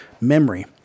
memory